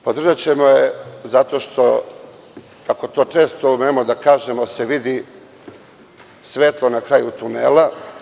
Podržaćemo je zato što, kako to često umemo da kažemo se vidi sveto na kraju tunela.